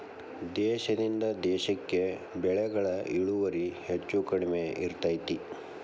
ದೇಶದಿಂದ ದೇಶಕ್ಕೆ ಬೆಳೆಗಳ ಇಳುವರಿ ಹೆಚ್ಚು ಕಡಿಮೆ ಇರ್ತೈತಿ